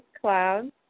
clouds